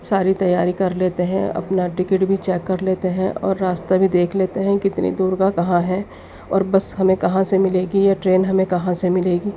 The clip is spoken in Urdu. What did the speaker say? ساری تیاری کر لیتے ہیں اپنا ٹکٹ بھی چیک کر لیتے ہیں اور راستہ بھی دیکھ لیتے ہیں کتنی دور کا کہاں ہے اور بس ہمیں کہاں سے ملے گی یا ٹرین ہمیں کہاں سے ملے گی